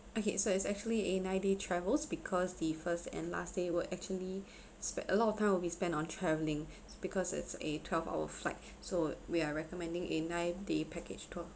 okay so it's actually a nine day travels because the first and last day will actually spend a lot of time will be spent on traveling because it's a twelve hour flight so we are recommending a nine day package tour